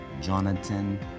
Jonathan